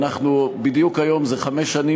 היום זה בדיוק חמש שנים,